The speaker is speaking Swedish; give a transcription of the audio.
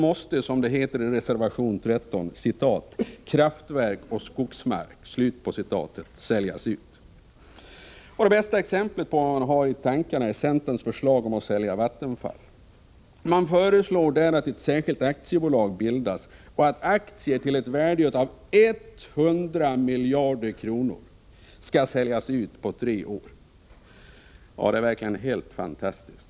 Då måste, som det heter i reservation 13, ”kraftverk och skogsmark” säljas ut. Det bästa exemplet på vad de borgerliga partierna har i tankarna är centerns förslag om att sälja Vattenfall. Man föreslår att ett särskilt aktiebolag bildas och att aktier till ett värde av 100 miljarder kronor skall säljas ut på tre år. Den tanken är helt fantastisk.